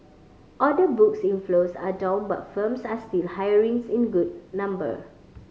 order books inflows are down but firms are still hirings in good number